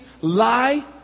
lie